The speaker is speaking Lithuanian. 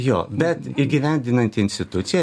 jo bet įgyvendinanti institucija